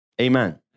Amen